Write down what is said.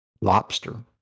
lobster